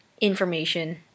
information